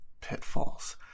pitfalls